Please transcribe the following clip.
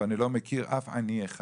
ואני לא מכיר אף עני אחד.